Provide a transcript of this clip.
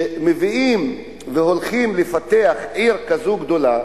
שמביאים, הולכים לפתח עיר כזאת גדולה,